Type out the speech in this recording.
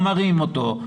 הוא מרים אותו,